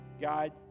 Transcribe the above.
God